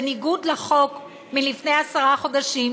בניגוד לחוק מלפני עשרה חודשים,